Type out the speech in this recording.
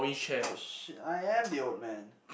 !oh-shit! I am the old man